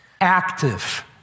active